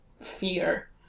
fear